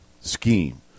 scheme